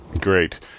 Great